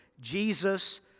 Jesus